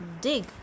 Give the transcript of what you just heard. dig